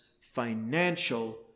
financial